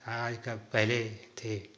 आजकल पहले थे